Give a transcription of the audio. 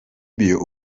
bibio